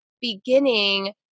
beginning